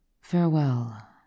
Farewell